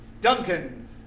Duncan